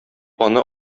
аны